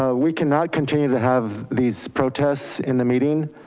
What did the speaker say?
ah we cannot continue to have these protests in the meeting.